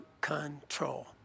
control